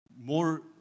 more